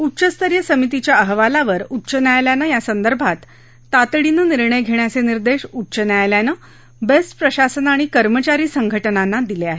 उच्चस्तरीय समितीच्या अहवालावर उच्च न्यायालयाने या संदर्भात तातडीने निर्णय घेण्याचे निर्देश उच्च न्यायालयानं बेस्ट प्रशासन आणि कर्मचारी संघटनांना दिले आहे